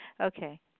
Okay